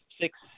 six